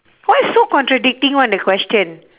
why so contradicting [one] the question